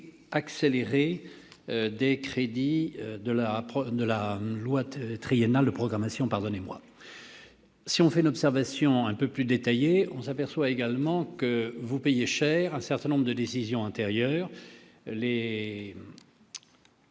accélérée des crédits de la loi triennale de programmation. Une observation un peu plus détaillée révèle que vous payez cher un certain nombre de décisions antérieures,